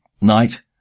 night